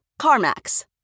CarMax